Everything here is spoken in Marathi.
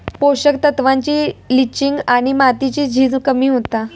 पोषक तत्त्वांची लिंचिंग आणि मातीची झीज कमी होता